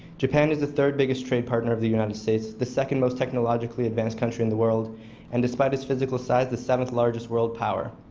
japan is the third biggest trade partner of the united states, the second most technologically advanced country in the world and despite its physical size, the seventh largest world power.